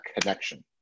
connection